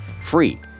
free